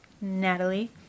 Natalie